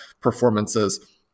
performances